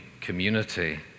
community